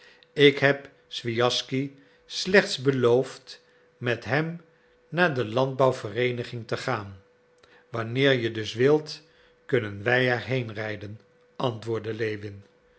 ik heb schwijaschsky slechts beloofd met hem naar de landbouwvereeniging te gaan wanneer je dus wilt kunnen wij er heenrijden antwoordde lewin